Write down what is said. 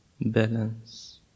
balance